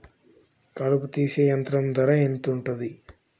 కలుపు తీసే యంత్రం ధర ఎంతుటది?